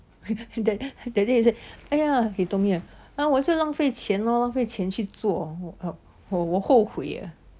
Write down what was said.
that that that day he say 哎呀 he told me righ~ 我就是浪费钱 loh 我后悔啊